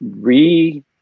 re